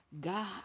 God